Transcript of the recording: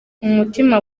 umutima